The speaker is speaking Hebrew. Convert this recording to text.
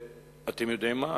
אתם יודעים מה?